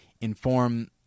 inform